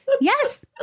Yes